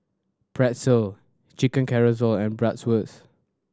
Pretzel Chicken Casserole and Bratwurst